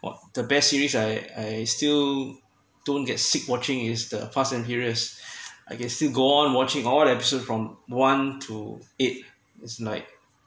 what the best series I I still don't get sick watching is the fast and furious I can still go on watching all the episode from one to eight it's like